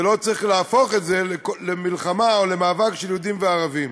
ולא צריך להפוך את זה למלחמה או למאבק של יהודים וערבים.